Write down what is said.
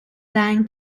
lion